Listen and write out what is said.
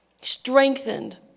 Strengthened